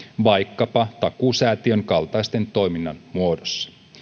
vaikkapa takuusäätiön kaltaisen toiminnan muodossa